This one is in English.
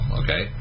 okay